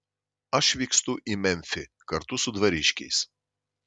aš vykstu į memfį kartu su dvariškiais